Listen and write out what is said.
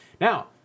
Now